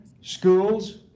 schools